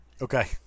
Okay